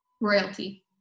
royalty